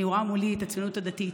אני רואה מולי את הציונות הדתית,